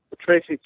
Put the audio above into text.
Tracy